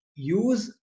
use